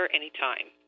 anytime